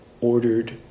ordered